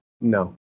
no